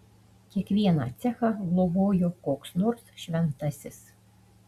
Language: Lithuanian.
kiekvieną cechą globojo koks nors šventasis